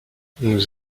nous